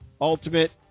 Ultimate